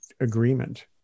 agreement